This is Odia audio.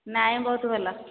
ନାଇ ବହୁତ ଭଲ